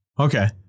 Okay